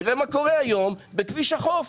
תראה מה קורה היום בכביש החוף.